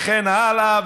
וכן הלאה,